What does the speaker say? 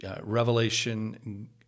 revelation